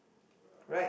right